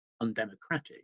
undemocratic